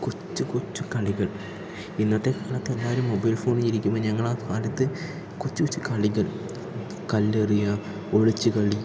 കൊച്ച് കൊച്ച് കളികൾ ഇന്നത്തെ കാലത്ത് എല്ലാവരും മൊബൈൽ ഫോണിൽ ഇരിക്കുമ്പോൾ ഞങ്ങൾ ആ കാലത്ത് കൊച്ച് കൊച്ച് കളികൾ കല്ലെറിയുക ഒളിച്ചു കളി